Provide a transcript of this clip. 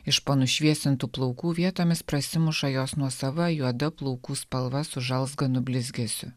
iš po nušviesintų plaukų vietomis prasimuša jos nuosava juoda plaukų spalva su žalzganu blizgesiu